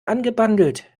angebandelt